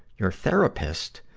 your therapist,